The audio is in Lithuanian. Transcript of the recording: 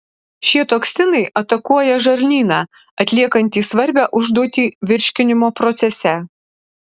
šie toksinai atakuoja žarnyną atliekantį svarbią užduotį virškinimo procese